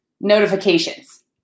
notifications